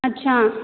अच्छा